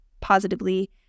positively